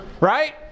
Right